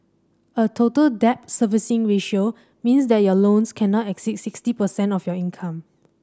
a Total Debt Servicing Ratio means that your loans cannot exceed sixty percent of your income